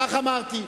כך אמרתי.